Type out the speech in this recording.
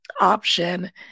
option